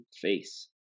face